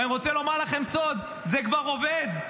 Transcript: ואני רוצה לומר לכם סוד: זה כבר עובד,